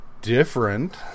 different